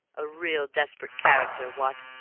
a real desperate character what?